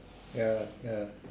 ya ya